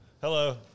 Hello